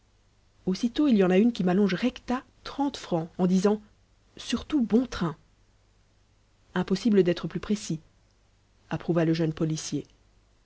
aussitôt il y en a une qui m'allonge recta francs en disant surtout bon train impossible d'être plus précis approuva le jeune policier